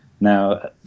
Now